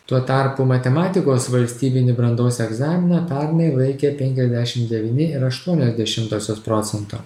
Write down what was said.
tuo tarpu matematikos valstybinį brandos egzaminą pernai laikė penkiasdešim devyni ir aštuonios dešimtosios procento